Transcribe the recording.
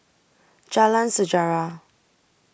Jalan Sejarah